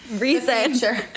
reason